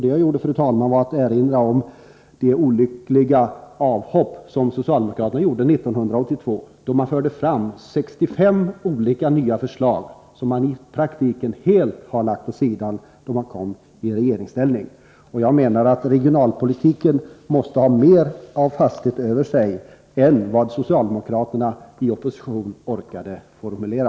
Det jag gjorde, fru talman, var att erinra om socialdemokraternas olyckliga avhopp 1982, då de förde fram 65 nya förslag, som de i praktiken helt har lagt åt sidan sedan de kom i regeringsställning. Jag menar att regionalpolitiken måste ha mer av fasthet över sig än vad socialdemokraterna i opposition orkade formulera.